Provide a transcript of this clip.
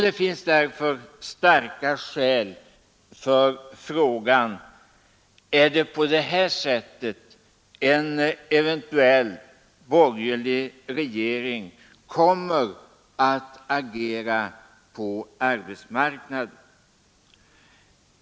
Det finns därför all anledning att ställa frågan: Är det på det sättet en eventuell borgerlig regering kommer att agera på arbetsmarknaden?